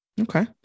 Okay